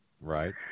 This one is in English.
right